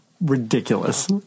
ridiculous